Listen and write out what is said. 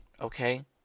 Okay